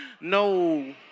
no